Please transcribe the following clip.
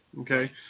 okay